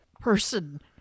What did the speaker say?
person